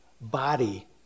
body